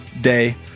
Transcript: day